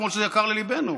כמו שזה יקר לליבנו.